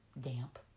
damp